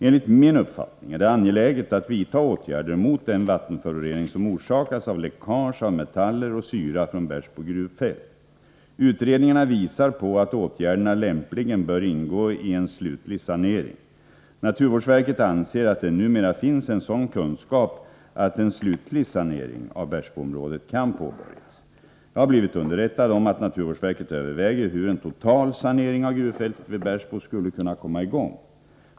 Enligt min uppfattning är det angeläget att vidta åtgärder mot den vattenförorening som orsakas av läckage av metaller och syra från Bersbo gruvfält. Utredningarna visar på att åtgärderna lämpligen bör ingå i en slutlig sanering. Naturvårdsverket anser att det numera finns en sådan kunskap att en slutlig sanering av Bersboområdet kan påbörjas. Jag har blivit underrättad om att naturvårdsverket överväger hur en total sanering av gruvfältet vid Bersbo skulle kunna komma i gång.